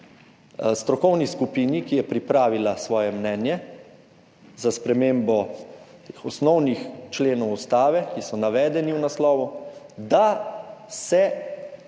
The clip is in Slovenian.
strokovni skupini, ki je pripravila svoje mnenje za spremembo teh osnovnih členov Ustave, ki so navedeni v naslovu, da se